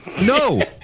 No